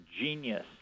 genius